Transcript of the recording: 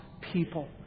people